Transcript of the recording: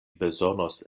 bezonos